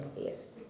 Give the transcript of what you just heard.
Yes